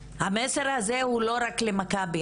המסר הזה הוא לא רק למכבי,